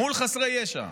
מול חסרי ישע.